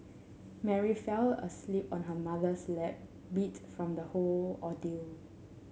Mary fell asleep on her mother's lap beat from the whole ordeal